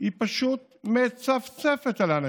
פשוט מצפצפת עליו.